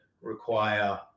require